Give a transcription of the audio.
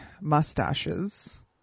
mustaches